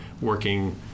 working